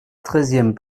treizième